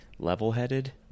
Level-headed